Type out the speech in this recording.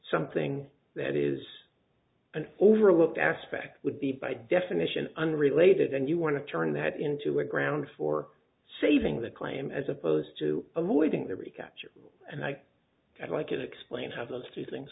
something that is an overlooked aspect would be by definition unrelated and you want to turn that into a ground for saving the claim as opposed to avoiding the recapture and i like it explain how those two things